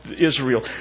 Israel